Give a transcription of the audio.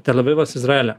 tel avivas izraele